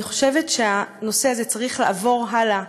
ואני חושבת שהנושא הזה צריך לעבור הלאה.